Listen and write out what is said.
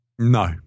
No